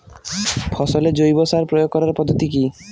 ফসলে জৈব সার প্রয়োগ করার পদ্ধতি কি?